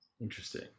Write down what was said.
Interesting